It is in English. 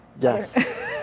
Yes